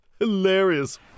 Hilarious